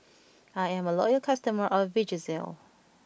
I'm a loyal customer of Vagisil